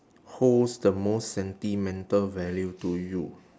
holds the most sentimental value to you